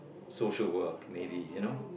social work maybe you know